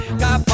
got